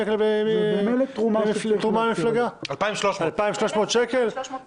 להסתכל אחורה ל-1959 אלא להסתכל צעד אחד קדימה.